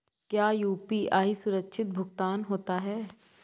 क्या यू.पी.आई सुरक्षित भुगतान होता है?